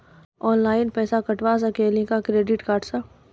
Online पैसा कटवा सकेली का क्रेडिट कार्ड सा?